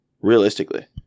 realistically